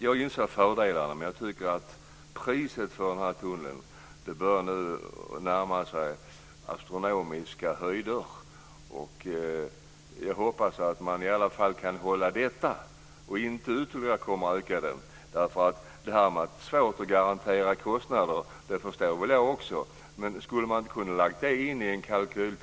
Jag inser fördelarna men tycker att priset för tunneln nu börjar närma sig astronomiska höjder. Jag hoppas att man i alla fall kan hålla denna nivå, att det inte blir ytterligare en ökning. Det här med att det är svårt att garantera kostnaderna förstår också jag. Men kunde man inte tidigare ha lagt in detta i kalkylen?